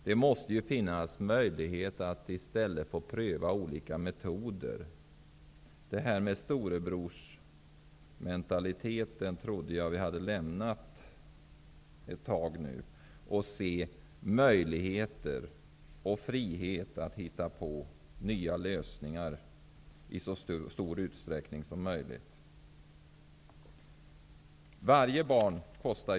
Det måste få finnas möjlighet att pröva olika metoder. Den här storebrorsmentaliteten trodde jag att vi hade lämnat för friheten att i så stor utsträckning som möjligt se möjligheter till nya lösningar.